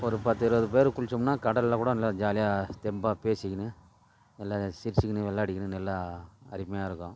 ஒரு பத்து இருபது பேர் குளிச்சோம்னால் கடலில் கூட நல்லா ஜாலியாக தெம்பாக பேசிக்கின்னு நல்லா சிரித்துக்கின்னு விளாடிக்கின்னு நல்லா அருமையாக இருக்கும்